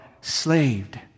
slaved